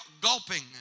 gulping